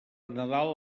nadal